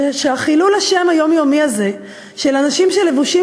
זה שחילול השם היומיומי הזה של אנשים שלבושים